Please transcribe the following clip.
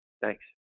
Thanks